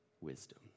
wisdom